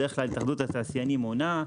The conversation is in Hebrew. בדרך כלל התאחדות התעשיינים עונה.